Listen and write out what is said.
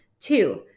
Two